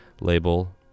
label